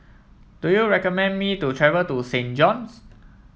do you recommend me to travel to Saint John's